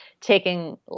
taking